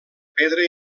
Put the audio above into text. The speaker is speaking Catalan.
pedra